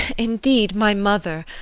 indeed my mother!